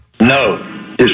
No